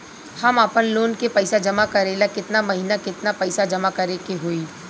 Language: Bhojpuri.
हम आपनलोन के पइसा जमा करेला केतना महीना केतना पइसा जमा करे के होई?